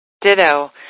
Ditto